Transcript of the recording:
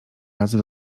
razy